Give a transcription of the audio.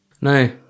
no